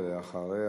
ואחריה,